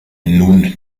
nun